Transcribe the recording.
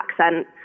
accent